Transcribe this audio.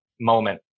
moment